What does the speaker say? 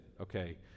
okay